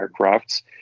aircrafts